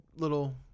Little